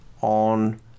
on